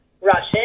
Russian